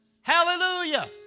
Hallelujah